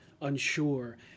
unsure